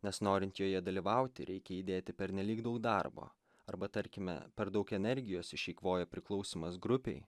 nes norint joje dalyvauti reikia įdėti pernelyg daug darbo arba tarkime per daug energijos išeikvoja priklausymas grupei